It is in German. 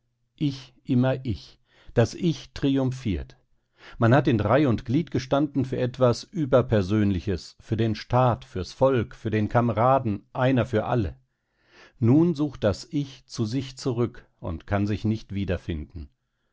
ich immer ich das ich triumphiert man hat in reih und glied gestanden für etwas überpersönliches für den staat fürs volk für den kameraden einer für alle nun sucht das ich zu sich zurück und kann sich nicht wiederfinden